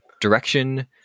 direction